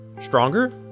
stronger